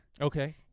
Okay